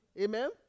Amen